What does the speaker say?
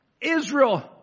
Israel